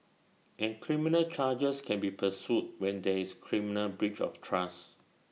and criminal charges can be pursued when there is criminal breach of trust